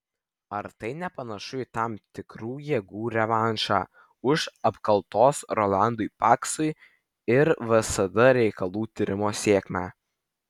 ar tai nepanašu į tam tikrų jėgų revanšą už apkaltos rolandui paksui ir vsd reikalų tyrimo sėkmę